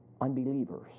unbelievers